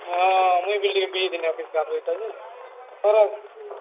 ହଁ ମୁଇଁ ବ ଟିକେ ବି ଦିନି ଅଫିସ କା ହେଇତା ଯେ କରଖ